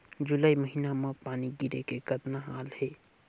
जुलाई महीना म पानी गिरे के कतना हाल हे?